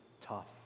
tough